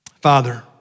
Father